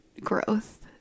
growth